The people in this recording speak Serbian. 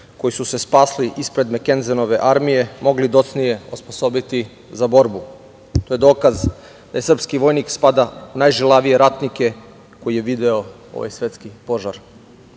koji su se spasli ispred Mekenzeve armije mogli docnije osposobiti za borbu. To je dokaz da srpski vojnik spada u najžilavije ratnike koje je video ovaj svetski požar.